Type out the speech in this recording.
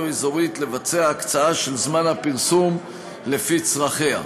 אזורית לבצע הקצאה של זמן הפרסום לפי צרכיה.